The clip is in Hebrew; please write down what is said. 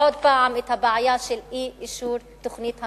עוד פעם הבעיה של אי-אישור תוכנית המיתאר,